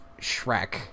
Shrek